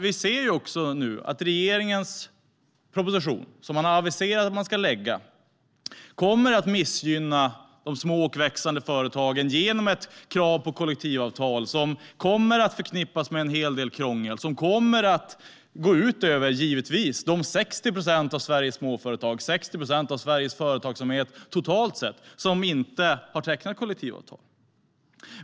Vi ser nu också att regeringens proposition, som den har aviserat att den ska lägga fram, kommer att missgynna de små och växande företagen genom ett krav på kollektivavtal. Det kommer att förknippas med en hel del krångel, och det kommer givetvis att gå ut över de totalt sett 60 procent av Sveriges småföretag som inte har tecknat kollektivavtal.